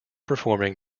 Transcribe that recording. performing